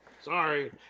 Sorry